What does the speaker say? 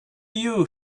you